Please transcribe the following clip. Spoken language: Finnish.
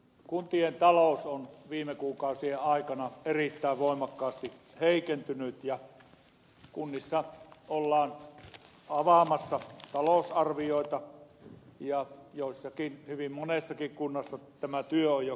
kuntien talous on viime kuukausien aikana erittäin voimakkaasti heikentynyt ja kunnissa ollaan avaamassa talousarvioita hyvin monessakin kunnassa tämä työ on jo käynnissä